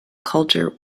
culture